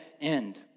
end